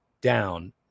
down